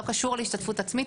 לא קשור להשתתפות עצמית,